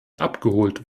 abgeholt